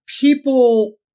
People